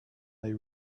they